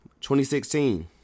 2016